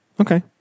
Okay